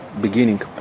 beginning